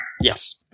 Yes